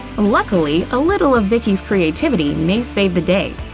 luckily, a little of vicki's creativity may save the day!